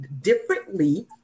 differently